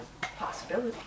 possibility